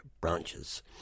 branches